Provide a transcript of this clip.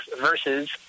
versus